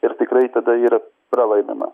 ir tikrai tada yra pralaimima